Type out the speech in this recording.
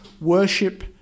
worship